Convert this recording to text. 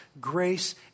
grace